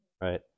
right